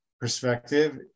perspective